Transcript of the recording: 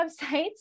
websites